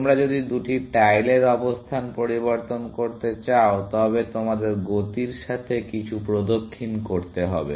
তোমরা যদি দুটি টাইলের অবস্থান পরিবর্তন করতে চাও তবে তোমাদের গতির সাথে কিছু প্রদক্ষিণ করতে হবে